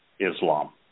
Islam